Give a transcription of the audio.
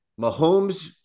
Mahomes